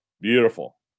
beautiful